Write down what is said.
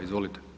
Izvolite.